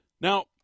Now